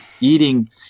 eating